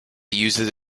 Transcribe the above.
uses